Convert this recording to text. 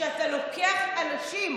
שאתה לוקח אנשים